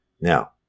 Now